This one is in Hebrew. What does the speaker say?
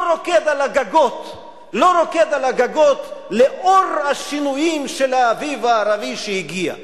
לא רוקד על הגגות לאור השינויים של האביב הערבי שהגיע.